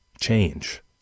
change